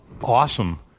awesome